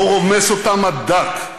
לא רומס אותן עד דק,